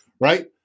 Right